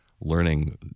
learning